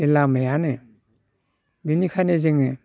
बे लामायानो बिनिखायनो जोङो